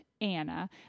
Anna